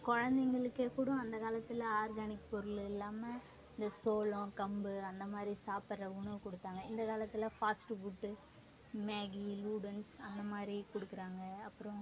குழந்தைங்களுக்கே கூடம் அந்த காலத்தில் ஆர்கானிக் பொருள் இல்லாமல் இந்த சோழம் கம்பு அந்த மாதிரி சாப்புடுற உணவு கொடுத்தாங்க இந்த காலத்தில் ஃபாஸ்ட்டு ஃபுட்டு மேகி நூடுல்ஸ் அந்த மாதிரி கொடுக்குறாங்க அப்றம்